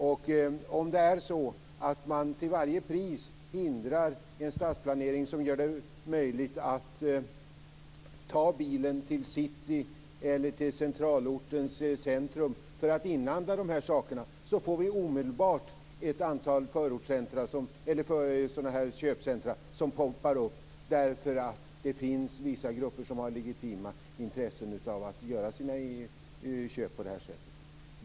Om man till varje pris hindrar en stadsplanering som gör det möjligt att ta bilen till city eller till centralortens centrum för att inhandla nämnda saker poppar omedelbart ett antal köpcentrum upp, just därför att det finns vissa grupper som har ett legitimt intresse av att göra sina inköp på det här sättet.